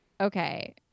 okay